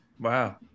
Wow